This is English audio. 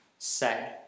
say